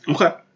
Okay